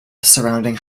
surrounding